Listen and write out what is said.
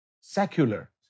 Secular